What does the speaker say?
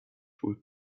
بود